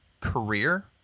career